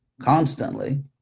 constantly